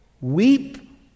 Weep